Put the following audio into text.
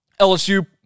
LSU